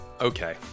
okay